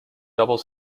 double